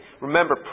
Remember